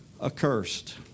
accursed